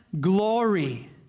glory